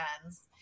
friends